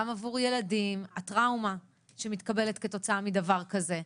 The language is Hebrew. גם עבור ילדים, הטראומה שקורית כתוצאה מדבר כזה.